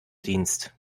dienst